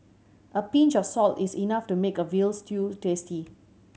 a pinch of salt is enough to make a veal stew tasty